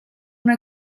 una